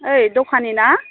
ओइ दखानि ना